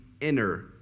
inner